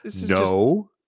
No